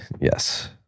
Yes